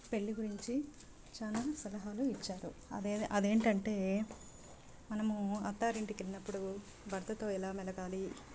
పెళ్ళి గురించి చాలా సలహాలు ఇచ్చారు అదే అదేంటంటే మనము అత్తారింటికి వెళ్ళినప్పుడు భర్తతో ఎలా మెలగాలి